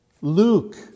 Luke